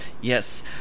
Yes